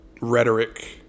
rhetoric